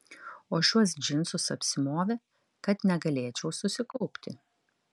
o šiuos džinsus apsimovė kad negalėčiau susikaupti